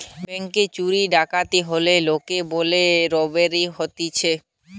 ব্যাংকে চুরি ডাকাতি হলে লোকে বলে রোবারি হতিছে